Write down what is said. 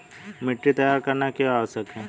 मिट्टी तैयार करना क्यों आवश्यक है?